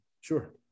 Sure